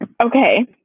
Okay